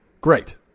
great